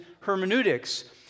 hermeneutics